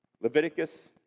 Leviticus